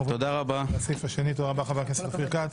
תודה רבה חבר הכנסת אופיר כץ.